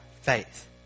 faith